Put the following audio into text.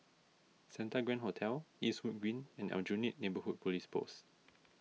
Santa Grand Hotel Eastwood Green and Aljunied Neighbourhood Police Post